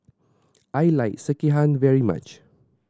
I like Sekihan very much